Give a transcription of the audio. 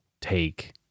take